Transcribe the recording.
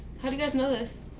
how do you guys know this?